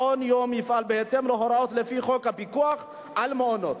מעון היום יפעל בהתאם להוראות חוק הפיקוח על מעונות.